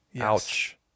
ouch